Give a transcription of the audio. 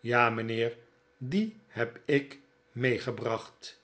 ja mijnheer die heb ik meegebracht